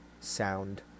sound